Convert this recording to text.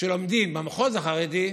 שלומדים במחוז החרדי,